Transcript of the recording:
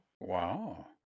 Wow